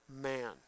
man